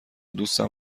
دوستم